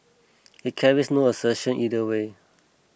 it carries no assertion either way